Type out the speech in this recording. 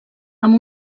amb